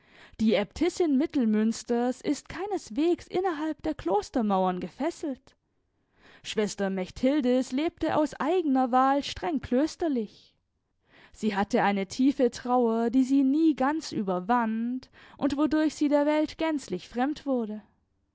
die äbtissin mittelmünsters ist keineswegs innerhalb der klostermauern gefesselt schwester mechthildis lebte aus eigener wahl streng klösterlich sie hatte eine tiefe trauer die sie nie ganz überwand und wodurch sie der welt gänzlich fremd wurde